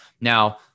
Now